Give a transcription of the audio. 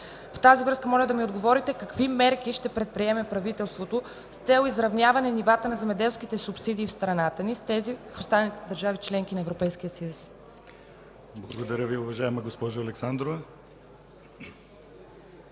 В тази връзка, моля да ми отговорите какви мерки ще предприеме правителството с цел изравняване нивата на земеделските субсидии в страната ни с тези в останалите държави – членки на Европейския съюз. ПРЕДСЕДАТЕЛ ДИМИТЪР ГЛАВЧЕВ: Благодаря Ви, уважаема госпожо Александрова.